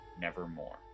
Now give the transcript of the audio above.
nevermore